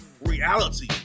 reality